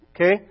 Okay